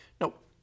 Nope